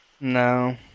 No